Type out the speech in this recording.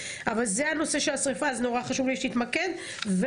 אבל זה הנושא של השריפה אז נורא חשוב לי שתתמקד וכמובן